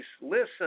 listen –